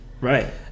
right